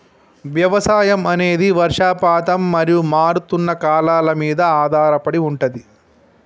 వ్యవసాయం అనేది వర్షపాతం మరియు మారుతున్న కాలాల మీద ఆధారపడి ఉంటది